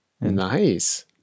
Nice